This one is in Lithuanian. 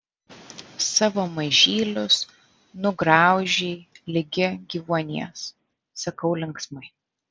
savo mažylius nugraužei ligi gyvuonies sakau linksmai